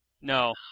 No